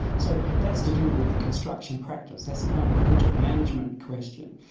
so that's to do with the construction practice, that's a kind of project management question.